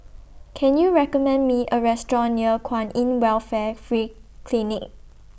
Can YOU recommend Me A Restaurant near Kwan in Welfare Free Clinic